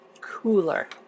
cooler